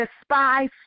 despise